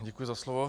Děkuji za slovo.